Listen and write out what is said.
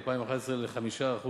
ל-5%,